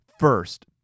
First